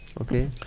Okay